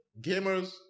Gamers